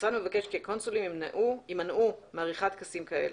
המשרד מבקש כי הקונסולים יימנעו מעריכת טקסים כאלה'.